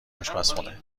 آشپزخونه